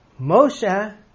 Moshe